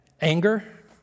anger